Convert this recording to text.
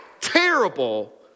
terrible